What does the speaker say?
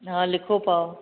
हा लिखो पाउ